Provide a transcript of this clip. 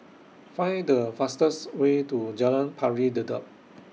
Find The fastest Way to Jalan Pari Dedap